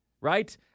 right